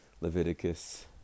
Leviticus